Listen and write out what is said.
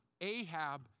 Ahab